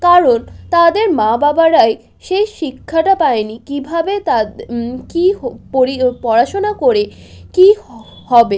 কারণ তাদের মা বাবারাই সেই শিক্ষাটা পায় নি কীভাবে তাদে কী হো পড়ি ও পড়াশুনা করে কী হবে